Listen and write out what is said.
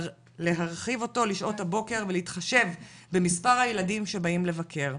להרחיב אותו לשעות הבוקר ולהתחשב במס' הילדים שבאים לבקר.